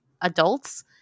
adults